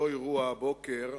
לא אירוע הבוקר,